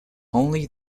only